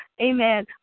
amen